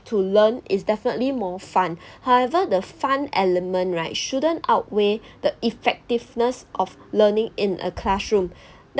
to learn is definitely more fun however the fun element right shouldn't outweigh the effectiveness of learning in a classroom